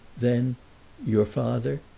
then your father?